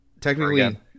technically